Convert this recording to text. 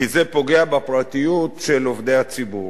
כי זה פוגע בפרטיות של עובדי הציבור.